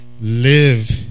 live